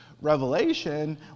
Revelation